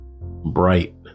Bright